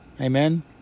Amen